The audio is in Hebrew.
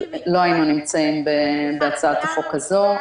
לא היינו נמצאים בהצעת החוק הזו.